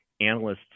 analysts